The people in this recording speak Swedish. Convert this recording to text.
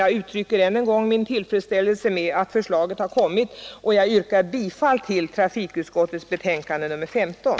Jag uttrycker än en gång min tillfredsställelse med att förslaget har kommit och yrkar bifall till trafikutskottets hemställan.